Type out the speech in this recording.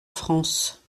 france